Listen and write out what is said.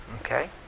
Okay